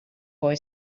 boy